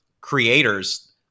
creators